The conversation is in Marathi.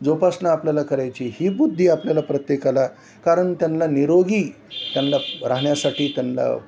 जोपासना आपल्याला करायची ही बुद्धी आपल्याला प्रत्येकाला कारण त्यांना निरोगी त्यांना राहण्यासाठी त्यांना